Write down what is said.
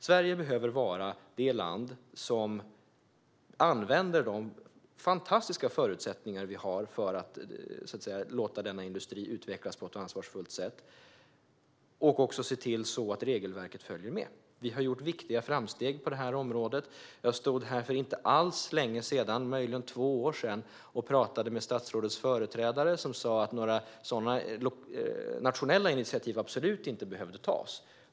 Sverige behöver vara det land där vi använder de fantastiska förutsättningar vi har för att låta denna industri utvecklas på ett ansvarsfullt sätt men även se till att regelverket följer med. Vi har gjort viktiga framsteg på det området. Jag stod här för inte alls länge sedan - möjligen två år sedan - och pratade med statsrådets föregångare, som sa att några sådana nationella initiativ absolut inte behövde tas.